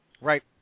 Right